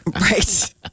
Right